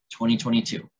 2022